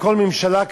בכל ממשלה,